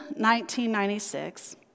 1996